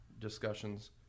Discussions